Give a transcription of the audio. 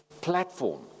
platform